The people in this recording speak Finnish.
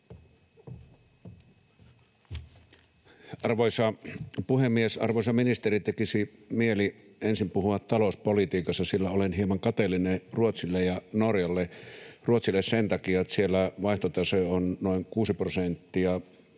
Arvoisa puhemies, arvoisa ministeri! Tekisi mieli ensin puhua talouspolitiikasta, sillä olen hieman kateellinen Ruotsille ja Norjalle: Ruotsille sen takia, että siellä vaihtotase on noin kuusi prosenttia